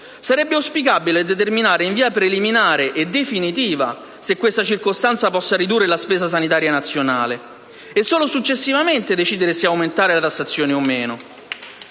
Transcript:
sarebbe auspicabile determinare in via preliminare e definitiva se questa circostanza possa ridurre la spesa sanitaria nazionale, e solo successivamente decidere se aumentare la tassazione o no.